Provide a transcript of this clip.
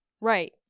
Right